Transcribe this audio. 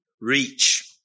reach